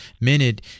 minute